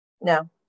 no